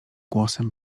głosem